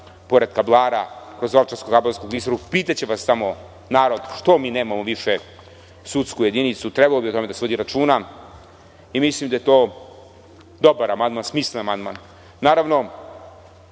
pored Kablara, kroz Ovčarsko-Kablarsku klisuru i pitaće vas narod što mi nemamo više sudsku jedinicu, trebalo bi o tome da se vodi računa. Mislim da je to dobar amandman, smislen amandman. Naravno,